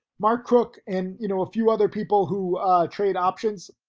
mark croock and you know, a few other people who trade options,